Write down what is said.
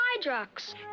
Hydrox